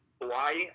Hawaii